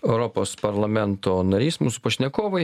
europos parlamento narys mūsų pašnekovai